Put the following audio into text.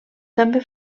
també